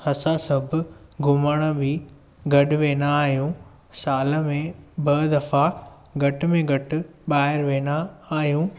असां सभु घुमण बि गॾु वेंदा आहियूं साल में ॿ दफ़ा में घटि ॿाहिरि वेंदा आहियूं